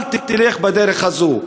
אל תלך בדרך הזאת.